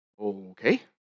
Okay